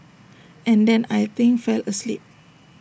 and then I think fell asleep